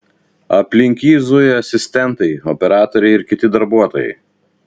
aplink jį zuja asistentai operatoriai ir kiti darbuotojai